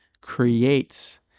creates